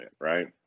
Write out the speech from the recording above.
right